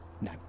No